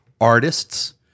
artists